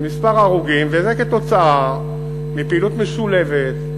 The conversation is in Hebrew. וזה כתוצאה מפעילות משולבת,